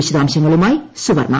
വിശദാംശങ്ങളുമായി സുവർണ